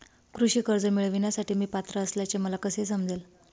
कृषी कर्ज मिळविण्यासाठी मी पात्र असल्याचे मला कसे समजेल?